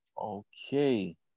Okay